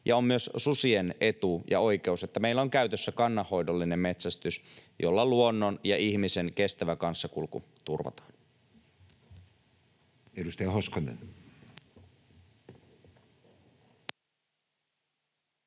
On myös susien etu ja oikeus, että meillä on käytössä kannanhoidollinen metsästys, jolla luonnon ja ihmisen kestävä kanssakulku turvataan.